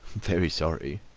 very sorry.